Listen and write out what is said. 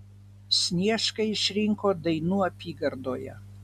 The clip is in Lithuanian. sniešką išrinko dainų apygardoje